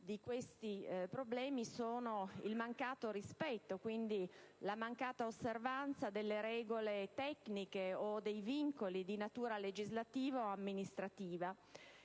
di questi problemi è costituita dal mancato rispetto, dalla mancata osservanza delle regole tecniche e dei vincoli di natura legislativa o amministrativa.